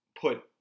put